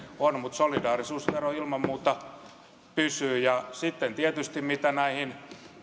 on mutta solidaarisuusvero ilman muuta pysyy ja sitten tietysti mitä näihin